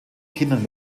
kindern